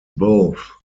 both